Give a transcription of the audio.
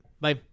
Bye